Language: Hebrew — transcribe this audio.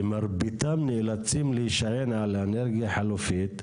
ומרביתם נאלצים להישען על אנרגיה חלופית.